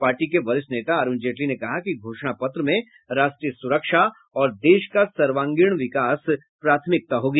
party के वरिष्ठ नेता अरुण जेटली ने कहा कि घोषणा पत्र में राष्ट्रीय सुरक्षा और देश का सर्वांगीण विकास प्राथमिकता होगी